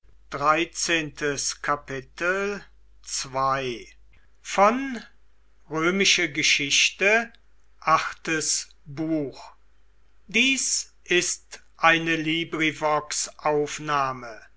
sind ist eine